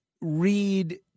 read